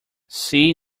see